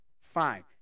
fine